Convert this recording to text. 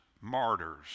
martyrs